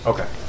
Okay